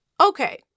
Okay